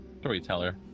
Storyteller